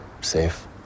safe